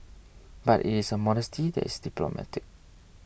but it is a modesty that is diplomatic